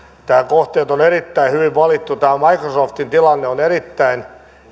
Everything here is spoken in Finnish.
nämä kohteet on erittäin hyvin valittu tässä microsoftin tilanteessa on erittäin